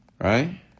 Right